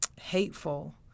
hateful